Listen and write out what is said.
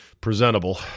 presentable